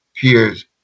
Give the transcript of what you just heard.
peers